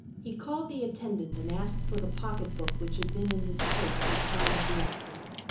he called the attendant and asked for the pocket-book which had been in his coat at the time of the accident.